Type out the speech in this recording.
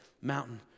mountain